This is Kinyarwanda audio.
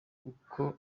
kuko